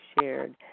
shared